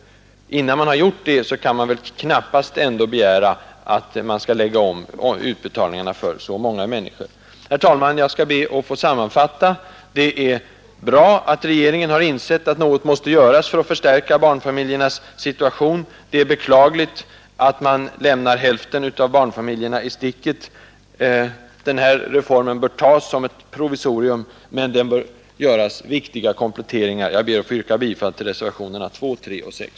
Innan man redogjort för det kan man väl ändå knappast begära att utbetalningarna till så många människor skall läggas om. Jag skall be att få sammanfatta. Det är bra att regeringen nu har insett att något måste göras för att förbättra barnfamiljernas situation, men det är beklagligt att man lämnar hälften av barnfamiljerna i sticket. Den här reformen bör tas som ett provisorium, men det bör göras viktiga kompletteringar. Herr talman! Jag ber att få yrka bifall till reservationerna 2, 3 och 6.